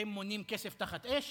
אתם מונים כסף תחת אש?